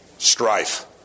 Strife